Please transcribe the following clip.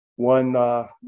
One